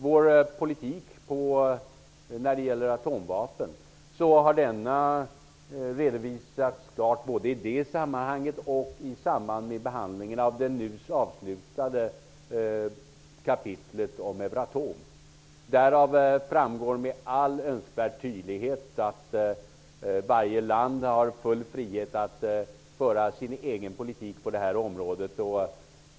Vår politik när det gäller atomvapen har redovisats klart, både i det sammanhanget och i sammanhanget med behandlingen av det nyss avslutade kapitlet om Euratom. Det framgår med all önskvärd tydlighet att varje land har full frihet att föra sin egen politik på det här området.